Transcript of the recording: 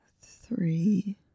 Three